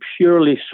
purely